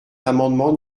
l’amendement